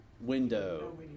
window